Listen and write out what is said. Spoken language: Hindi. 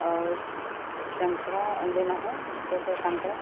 और संतरा लेना है कैसे है संतरा